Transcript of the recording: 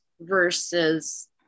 versus